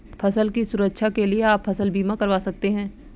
फसल की सुरक्षा के लिए आप फसल बीमा करवा सकते है